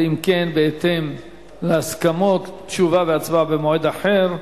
ואם כן, בהתאם להסכמות, תשובה והצבעה במועד אחר.